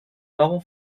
marron